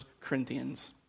Corinthians